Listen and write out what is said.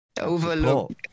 overlook